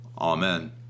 Amen